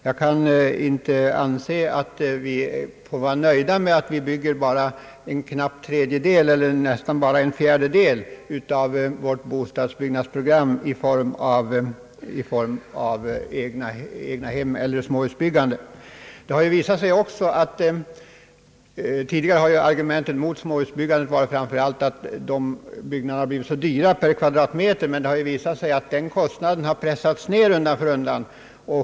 Jag kan inte anse, att vi får vara nöjda med att vi bygger en knapp tredjedel eller kanske bara en fjärdedel av vårt bostadsbyggnadsprogram i form av egnahem eller småhus. Tidigare har argumentet mot småhusbyggandet framför allt varit att dessa hus har blivit så dyra per kvadratmeter. Men det har ju visat sig att den kostnaden har pressats ned undan för undan.